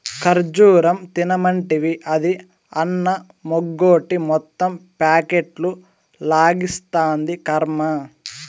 ఖజ్జూరం తినమంటివి, అది అన్నమెగ్గొట్టి మొత్తం ప్యాకెట్లు లాగిస్తాంది, కర్మ